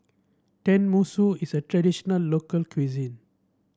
tenmusu is a traditional local cuisine